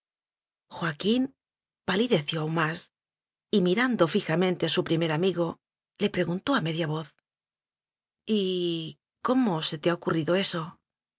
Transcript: palideció aún más y mirando fi jamente a su primer amigo le preguntó a me dia voz y cómo se te ha ocurrido eso